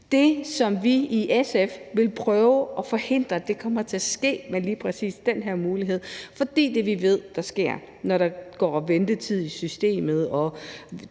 det, som vi i SF vil prøve at forhindre kommer til at ske, ved at der er lige præcis den her mulighed. For det, vi ved der sker, når der går ventetid i systemet og